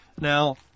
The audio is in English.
Now